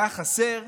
הייתה חסרה